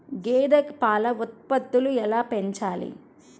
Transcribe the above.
గేదె పాల ఉత్పత్తులు ఎలా పెంచాలి?